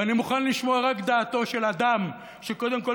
ואני מוכן לשמוע רק את דעתו של אדם שקודם כול